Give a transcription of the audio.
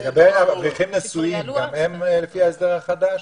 לגבי אברכים נשואים, גם הם לפי ההסדר החדש?